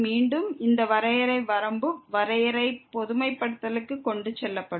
மீண்டும் இந்த வரையறை வரம்பு வரையறை பொதுமைப்படுத்தலுக்கு கொண்டு செல்லப்படும்